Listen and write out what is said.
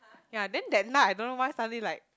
ya then that night I don't know why suddenly like